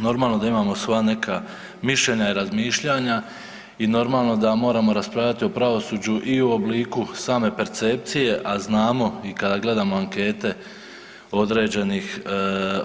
Normalno da imamo svoja neka mišljenja i razmišljanja i normalno da moramo raspravljati o pravosuđu i u obliku same percepcije, a znamo i kada gledamo ankete određenih,